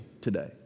today